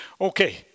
Okay